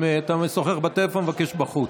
אם אתה משוחח בטלפון, אני מבקש בחוץ.